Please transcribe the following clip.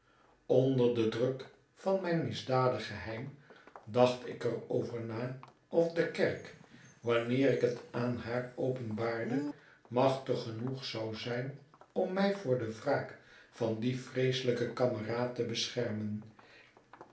onder den druk van mijn misdadig geheimdacht ik er over na of de kerk wanneer ik het aan haar openbaarde machtig genoeg zou zijn om mij voor de wraak van dien vreeselijken kameraad te beschermen